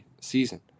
season